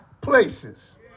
places